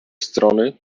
strony